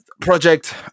project